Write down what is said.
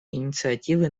инициативы